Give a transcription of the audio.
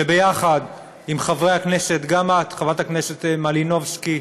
שיחד עם חברי הכנסת, גם חברת הכנסת מלינובסקי,